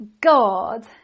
God